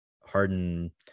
Harden